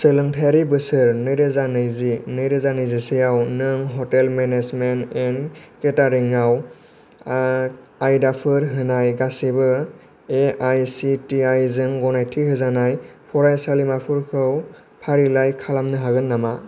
सोलोंथायरि बोसोर नैरोजा नैजि नैरोजा नैजिसेआव नों ह'टेल मेनेजमेन्ट एन्ड केटारिं आव आयदाफोर होनाय गासिबो A I C T I जों गनायथि होजानाय फरायसालिमाफोरखौ फारिलाइ खालामनो हागोन नामा